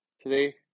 today